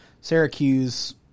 Syracuse